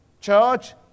Church